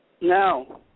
No